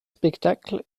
spectacles